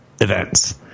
Events